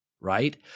right